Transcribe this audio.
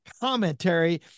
commentary